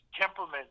temperament